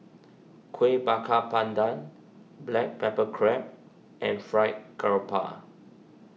Kueh Bakar Pandan Black Pepper Crab and Fried Garoupa